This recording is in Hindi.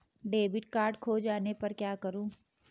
डेबिट कार्ड खो जाने पर क्या करूँ?